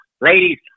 ladies